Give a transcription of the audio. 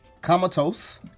Comatose